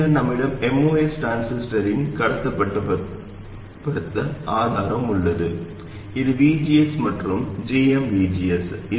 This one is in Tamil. பின்னர் நம்மிடம் MOS டிரான்சிஸ்டரின் கட்டுப்படுத்தப்பட்ட ஆதாரம் உள்ளது இது VGS மற்றும் gmVGS